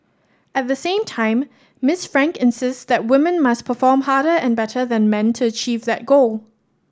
at the same time Miss Frank insists that women must perform harder and better than men to achieve that goal